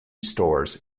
stores